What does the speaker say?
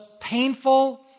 painful